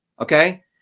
okay